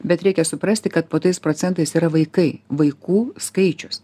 bet reikia suprasti kad po tais procentais yra vaikai vaikų skaičius